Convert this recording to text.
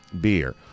beer